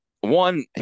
one